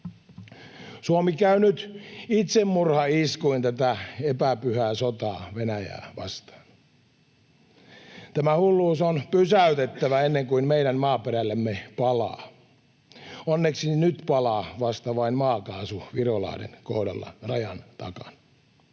Suomi käy nyt itsemurhaiskuin tätä epäpyhää sotaa Venäjää vastaan. Tämä hulluus on pysäytettävä ennen kuin meidän maaperällämme palaa — onneksi nyt palaa vasta vain maakaasu Virolahden kohdalla rajan takana.